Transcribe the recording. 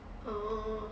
orh